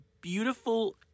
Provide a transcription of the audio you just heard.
beautiful